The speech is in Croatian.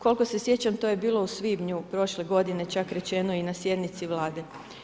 Koliko se sjećam to je bilo u svibnju prošle godine čak rečeno i na sjednici Vlade.